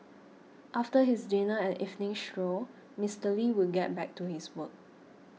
after his dinner and evening stroll Mister Lee would get back to his work